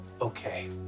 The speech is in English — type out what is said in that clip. Okay